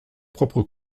propre